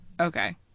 Okay